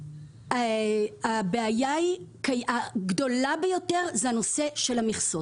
הבעיה הגדולה ביותר זה נושא המכסות.